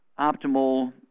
optimal